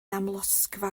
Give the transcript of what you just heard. amlosgfa